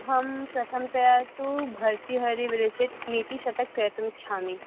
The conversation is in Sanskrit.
अहं प्रथमतया तु भतृहरि विरचितं नीतिशतकं क्रयतुम् इच्छामि